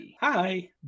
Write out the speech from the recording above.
hi